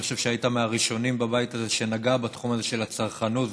אני חושב שהיית מהראשונים בבית הזה שנגעו בתחום הזה של הצרכנות,